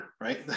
right